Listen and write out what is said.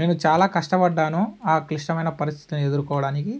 నేను చాలా కష్టపడ్డాను ఆ క్లిష్టమైన పరిస్థితిని ఎదుర్కోవడానికి